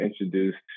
introduced